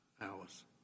hours